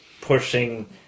pushing